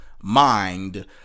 Mind